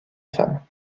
femme